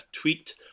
tweet